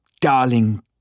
Darling